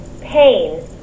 pain